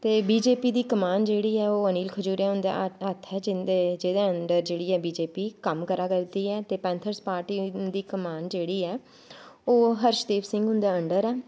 ते B J P दी कमान जेह्ड़ी ओह् अनिल खजूरिया हुंदे हत्थ च इं'दे जेह्दे अंडर जेह्की बी जे पी कम्म करा करदी ऐ ते पैंथर्स पार्टी दी कमान जेह्ड़ी ऐ ओह् हर्ष देव सिंह हुंदे अंडर ऐ